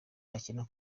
akina